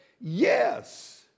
Yes